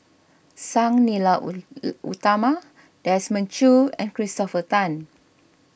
Sang Nila Utama Desmond Choo and Christopher Tan